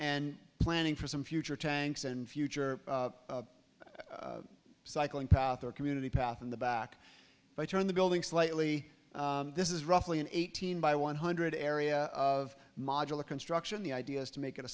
and planning for some future tanks and future cycling path or community path in the back by turning the building slightly this is roughly an eighteen by one hundred area of modular construction the idea is to make it a